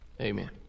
amen